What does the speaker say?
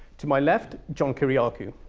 to my left, john kiriakou,